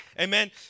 Amen